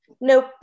Nope